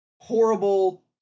horrible